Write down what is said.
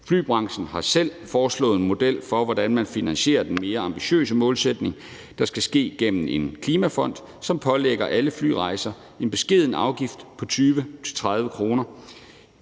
Flybranchen har selv foreslået en model for, hvordan man finansierer den mest ambitiøse målsætning, hvor det skal ske gennem en klimafond, som pålægger alle flyrejser en beskeden afgift på 20-30 kr.